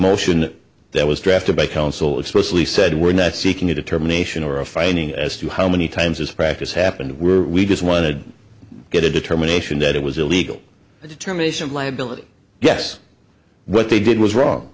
motion that was drafted by counsel explicitly said we're not seeking a determination or a finding as to how many times this practice happened were we just want to get a determination that it was illegal determination of liability yes what they did was wrong